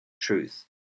truth